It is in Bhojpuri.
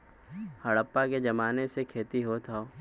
हड़प्पा के जमाने से खेती होत हौ